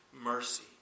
mercy